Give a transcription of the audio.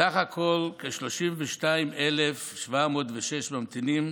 סך הכול כ-32,706 ממתינים